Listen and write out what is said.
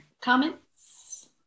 comments